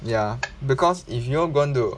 ya because if you're going to